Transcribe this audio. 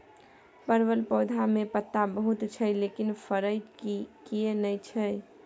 परवल पौधा में पत्ता बहुत छै लेकिन फरय किये नय छै?